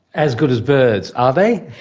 as good as birds, are they?